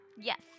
Yes